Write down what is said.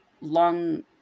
long